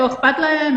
לא אכפת להם,